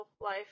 life